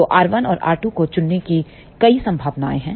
तो R 1 और R 2 को चुनने की कई संभावनाएं हैं